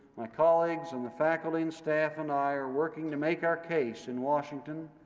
my colleagues in the faculty and staff and i are working to make our case in washington,